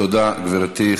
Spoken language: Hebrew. תודה, גברתי.